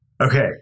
Okay